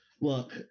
Look